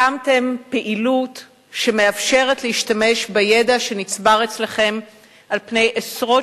הקמתם פעילות שמאפשרת להשתמש בידע שנצבר אצלכם על פני עשרות